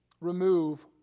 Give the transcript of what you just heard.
remove